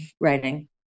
writing